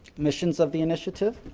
missions of the initiative,